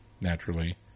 naturally